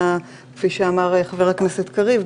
כפי שאמר חבר הכנת קריב,